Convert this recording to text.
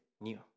new